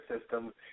system